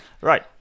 Right